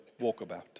walkabout